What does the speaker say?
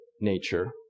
nature